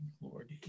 Lord